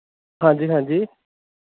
ਹਾਂਜੀ ਹਾਂਜੀ